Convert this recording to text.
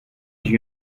j’ai